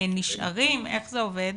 נשארים, איך זה עובד?